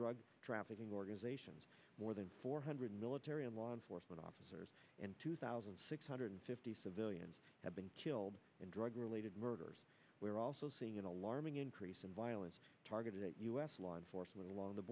drug trafficking organizations more than four hundred military and law enforcement officers and two thousand six hundred fifty civilians have been killed in drug related murders we're also seeing an alarming increase in violence targeted at u s law enforcement along the